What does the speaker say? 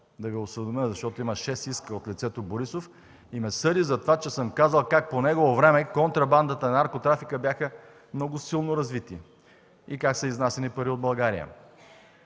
Да Ви осведомя, защото има шест иска от лицето Борисов. Съди ме за това, че съм казал как по негово време контрабандата и наркотрафикът бяха много силно развити и как са изнасяни пари от България.